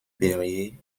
périer